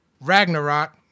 Ragnarok